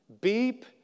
beep